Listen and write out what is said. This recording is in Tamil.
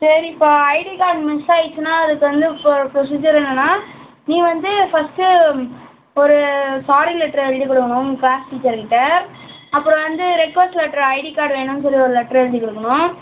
சரிப்பா ஐடி கார்டு மிஸ் ஆகிடுச்சுன்னா அதுக்கு வந்து இப்போ ப்ரொசீஜர் என்னென்னா நீ வந்து ஃபர்ஸ்ட்டு ஒரு சாரி லெட்டரு எழுதி கொடுக்கணும் கிளாஸ் டீச்சர் கிட்ட அப்புறம் வந்து ரெக்வஸ்ட் லெட்டரு ஐடி கார்டு வேணும்னு சொல்லி ஒரு லெட்டரு எழுதி கொடுக்கணும்